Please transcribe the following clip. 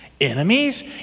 enemies